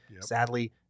sadly